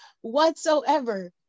whatsoever